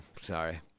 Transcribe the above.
sorry